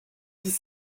dix